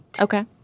Okay